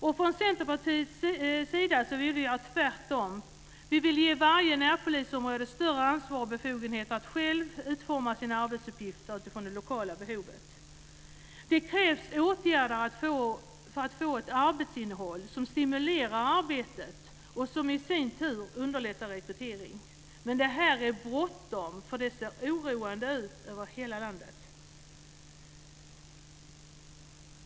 Vi i Centerpartiet vill göra tvärtom. Vi vill ge varje närpolisområde större ansvar och befogenheter att själva utforma sina arbetsuppgifter utifrån det lokala behovet. Det krävs åtgärder för att få ett arbetsinnehåll som stimulerar arbetet. Det underlättar i sin tur rekryteringen. Men det är bråttom eftersom det ser oroande ut över hela landet.